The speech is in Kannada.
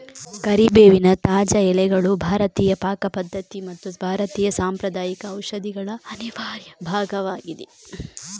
ಕರಿಬೇವಿನ ತಾಜಾ ಎಲೆಗಳು ಭಾರತೀಯ ಪಾಕ ಪದ್ಧತಿ ಮತ್ತು ಭಾರತೀಯ ಸಾಂಪ್ರದಾಯಿಕ ಔಷಧಿಗಳ ಅನಿವಾರ್ಯ ಭಾಗವಾಗಿದೆ